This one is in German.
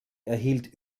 erhielt